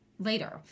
later